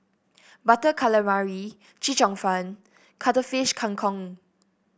Butter Calamari Chee Cheong Fun Cuttlefish Kang Kong